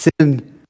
Sin